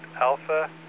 alpha